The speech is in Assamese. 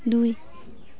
দুই